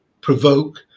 provoke